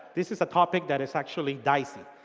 this is the topic that is actually dicey.